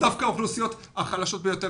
אלה דווקא האוכלוסיות החלשות ביותר,